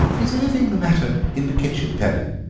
is anything the matter in the kitchen, pellin?